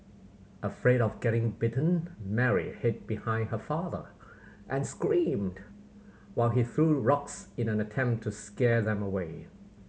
afraid of getting bitten Mary hid behind her father and screamed while he threw rocks in an attempt to scare them away